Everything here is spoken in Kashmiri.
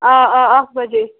آ آ اَکھ بَجے